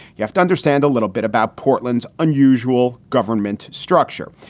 you have to understand a little bit about portland's unusual government structure.